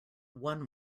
one